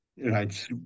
Right